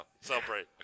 celebrate